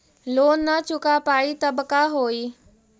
Loan न चुका पाई तब का होई?